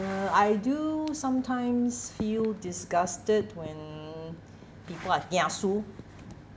I do sometimes feel disgusted when people are kiasu